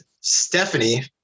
Stephanie